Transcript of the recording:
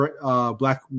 Black